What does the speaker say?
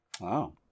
Wow